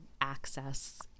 access